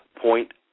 point